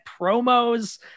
promos